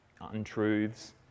untruths